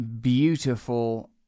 beautiful